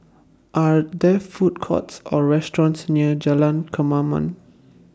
Are There Food Courts Or restaurants near Jalan Kemaman